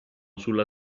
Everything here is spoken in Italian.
sulla